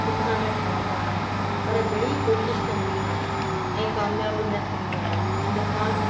मूंखां न ठहंदा आहिनि पर घणे ई कोशिशि कंदी आहियां ऐं क़ामयाबु न थींदी आहियां इन खां